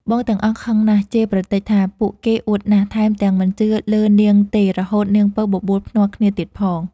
បងទាំងអស់ខឹងណាស់ជេរប្រទេចថា ពួកគេអួតណាស់ ថែមទាំងមិនជឿលើនាងទេរហូតនាងពៅបបួល ភ្នាល់គ្នាទៀតផង។